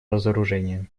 разоружения